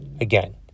again